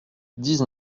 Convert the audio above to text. dix